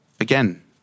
again